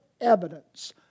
evidence